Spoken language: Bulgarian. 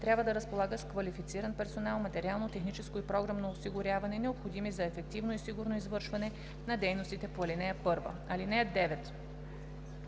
трябва да разполага с квалифициран персонал, материално, техническо и програмно осигуряване, необходими за ефективно и сигурно извършване на дейностите по ал. 1. (9)